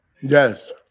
Yes